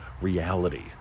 reality